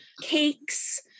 cakes